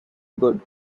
good